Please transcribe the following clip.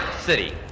city